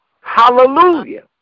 hallelujah